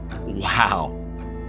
Wow